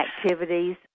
activities